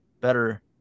better